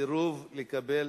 הצעה לסדר-היום בנושא: סירוב לקבל